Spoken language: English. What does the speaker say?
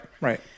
right